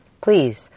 please